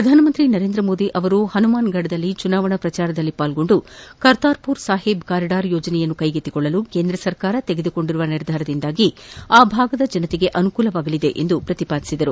ಪ್ರಧಾನಮಂತ್ರಿ ನರೇಂದ್ರ ಮೋದಿ ಅವರು ಹನುಮಗಢ್ನಲ್ಲಿ ಚುನಾವಣಾ ಪ್ರಚಾರದಲ್ಲಿ ಪಾಲ್ಗೊಂಡು ಕರ್ತಾರ್ಪುರ್ ಸಾಹಿಬ್ ಕಾರಿಡಾರ್ ಯೋಜನೆ ಕೈಗೆತ್ತಿಕೊಳ್ಳಲು ಕೇಂದ್ರ ಸರ್ಕಾರ ತೆಗೆದುಕೊಂಡ ನಿರ್ಧಾರದಿಂದ ಆ ಭಾಗದ ಜನತೆಗೆ ಅನುಕೂಲವಾಗಲಿದೆ ಎಂದು ಪ್ರತಿಪಾದಿಸಿದರು